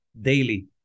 daily